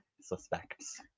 suspects